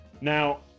Now